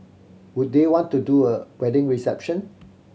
would they want to do a wedding reception